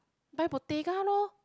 buy Bottega lor